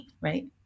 right